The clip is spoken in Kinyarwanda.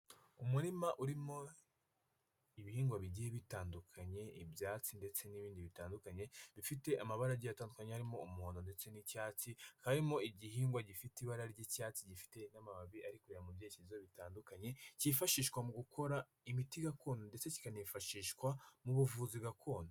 Umurima urimo ibihingwa bigiye bitandukanye, ibyatsi ndetse n'ibindi bitandukanye bifite amabara giye atandukanye arimo umuhondo ndetse n'icyatsi, harimo igihingwa gifite ibara ry'icyatsi gifite n'amababi mu byerekezo bitandukanye kifashishwa mu gukora imiti gakondo ndetse kikanifashishwa mu buvuzi gakondo.